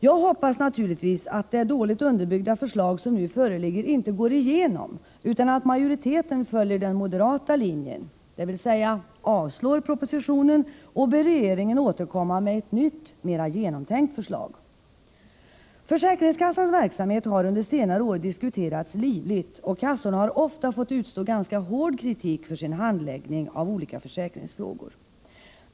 Jag hoppas naturligtvis att det dåligt underbyggda förslag som nu föreligger inte går igenom, utan att majoriteten följer den moderata linjen, dvs. avslår propositionen och ber regeringen återkomma med ett nytt och mera genomtänkt förslag. Försäkringskassans verksamhet har under senare år diskuterats livligt, och kassorna har ofta fått utstå ganska hård kritik för sin handläggning av olika försäkringsfrågor.